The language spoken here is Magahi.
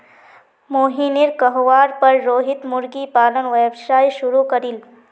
मोहिनीर कहवार पर रोहित मुर्गी पालन व्यवसाय शुरू करील